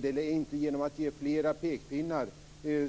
Det är inte genom att ge fler pekpinnar